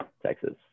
Texas